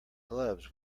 gloves